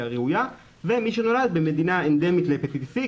ראויה ומי שנולד במדינה אנדמית להפטיטיס סי,